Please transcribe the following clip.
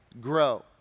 grow